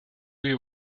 you